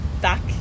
back